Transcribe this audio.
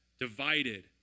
divided